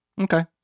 Okay